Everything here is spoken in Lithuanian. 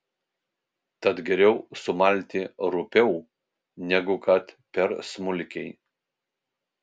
tad geriau sumalti rupiau negu kad per smulkiai